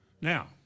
Now